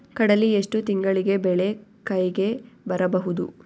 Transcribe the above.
ಕಡಲಿ ಎಷ್ಟು ತಿಂಗಳಿಗೆ ಬೆಳೆ ಕೈಗೆ ಬರಬಹುದು?